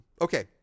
Okay